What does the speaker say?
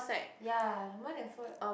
ya more than four